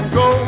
go